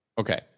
Okay